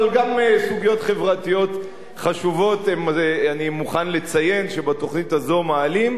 אבל גם סוגיות חברתיות חשובות אני מוכן לציין שבתוכנית הזאת מעלים,